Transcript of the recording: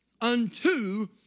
unto